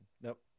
Nope